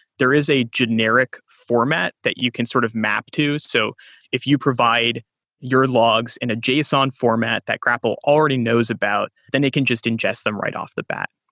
there is a generic format that you can sort of map to. so if you provide your logs in a json format that grapl already knows about, then it can just ingest them right off the bat.